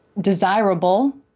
desirable